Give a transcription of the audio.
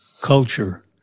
culture